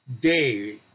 day